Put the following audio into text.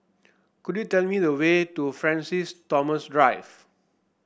could you tell me the way to Francis Thomas Drive